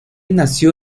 nació